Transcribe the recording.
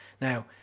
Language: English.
Now